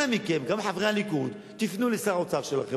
אנא מכם, גם חברי הליכוד, תפנו לשר האוצר שלכם.